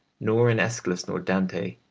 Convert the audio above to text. nor in aeschylus nor dante,